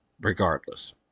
regardless